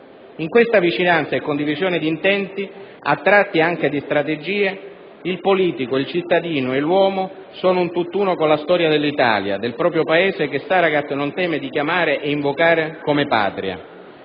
In questa vicinanza e condivisione di intenti, a tratti anche di strategie, il politico, il cittadino e l'uomo sono un tutt'uno con la storia dell'Italia, del proprio Paese che Saragat non teme di chiamare e invocare come Patria.